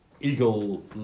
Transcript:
Eagle